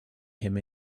him